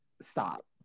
Stop